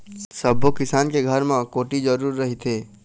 सब्बो किसान के घर म कोठी जरूर रहिथे